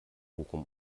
bochum